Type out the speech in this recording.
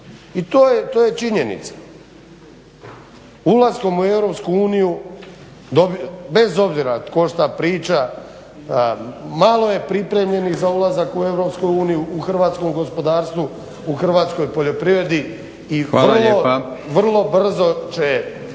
I to je činjenica. Ulaskom u EU bez obzira tko šta priča, malo je pripremljenih za ulazak u EU u hrvatskom gospodarstvu, u hrvatskoj poljoprivredi i vrlo, vrlo brzo